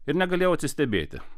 ir negalėjau atsistebėti